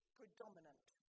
predominant